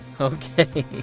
Okay